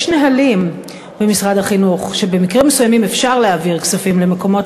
יש נהלים במשרד החינוך שבמקרים מסוימים אפשר להעביר כספים למקומות